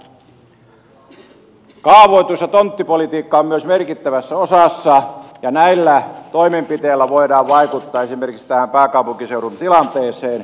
kaavoitus ja tonttipolitiikka on myös merkittävässä osassa ja näillä toimenpiteillä voidaan vaikuttaa esimerkiksi tähän pääkaupunkiseudun tilanteeseen